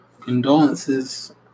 Condolences